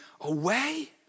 away